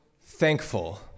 thankful